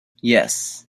yes